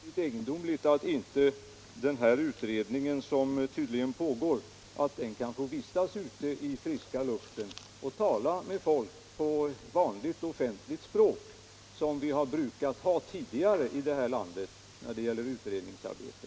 Herr talman! Då är det utomordentligt egendomligt att inte den utredning som tydligen pågår kan få vistas ute i friska luften och tala med folk på vanligt offentligt språk, som varit brukligt tidigare här i landet när det gällt utredningsarbete.